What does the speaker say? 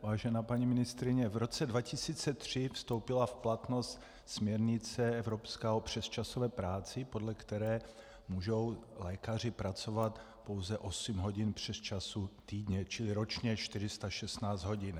Vážená paní ministryně, v roce 2003 vstoupila v platnost evropská směrnice o přesčasové práci, podle které můžou lékaři pracovat pouze osm hodin přesčasů týdně, čili ročně 416 hodin.